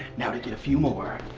now to get a few more!